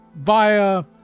via